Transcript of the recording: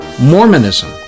Mormonism –